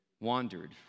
wandered